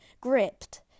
gripped